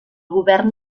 govern